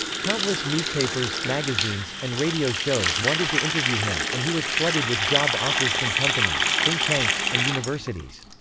countless newspapers, magazines, and radio shows wanted to interview him, and he was flooded with job offers from companies, think tanks, and universities.